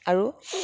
আৰু